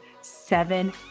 seven